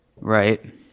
Right